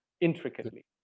intricately